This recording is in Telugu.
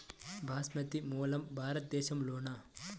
బాస్మతి మూలం భారతదేశంలోనా?